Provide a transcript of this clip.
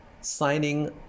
signing